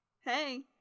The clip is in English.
Hey